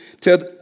tell